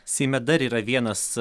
seime dar yra vienas